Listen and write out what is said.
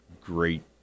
great